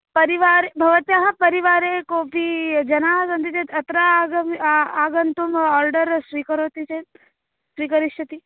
परिवारे भवत्याः परिवारे कोपि जनाः सन्ति चेत् अत्रागम्य आगन्तुम् आर्डर् स्वीकरोति चेत् स्वीकरिष्यति